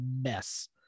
mess